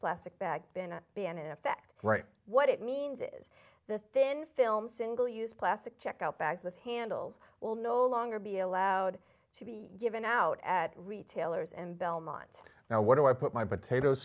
plastic bag been a b and in effect right what it means is the thin film single use plastic check out bags with handles will no longer be allowed to be given out at retailers and belmont now what do i put my potato